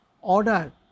order